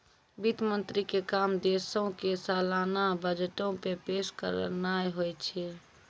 वित्त मंत्री के काम देशो के सलाना बजटो के पेश करनाय होय छै